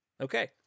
Okay